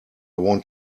want